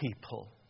people